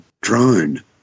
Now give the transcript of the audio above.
drone